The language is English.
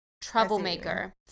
troublemaker